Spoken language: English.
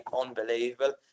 unbelievable